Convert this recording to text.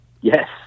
Yes